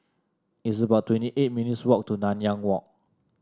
it's about twenty eight minutes' walk to Nanyang Walk